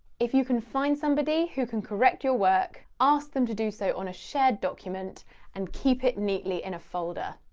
if you can find somebody who can correct your work ask them to do so on a shared document and keep it neatly in a folder.